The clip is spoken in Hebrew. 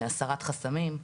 הסרת חסמים,